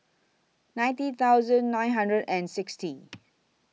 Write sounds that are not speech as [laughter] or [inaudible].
ninety thousand nine hundred and sixty [noise]